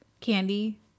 candy